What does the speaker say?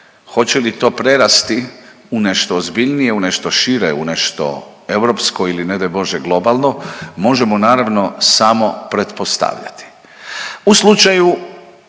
Hoće li to prerasti u nešto ozbiljnije, u nešto šire, u nešto europsko ili ne daj Bože globalno možemo naravno samo pretpostavljati.